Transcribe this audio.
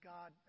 God